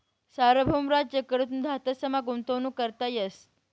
सार्वभौम राज्य कडथून धातसमा गुंतवणूक करता येस